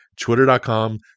twitter.com